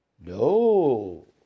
No